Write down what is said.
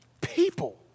people